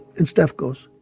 and steph goes,